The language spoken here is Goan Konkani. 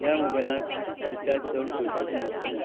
त्या मोबायलाक रिचार्ज चड पयशांचें नासलें